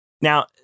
Now